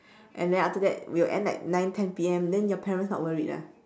and then after that we'll end like nine ten P_M then your parents not worried ah